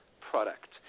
product